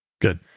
Good